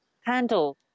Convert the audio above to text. handle